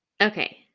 Okay